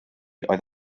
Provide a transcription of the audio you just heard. oedd